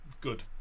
good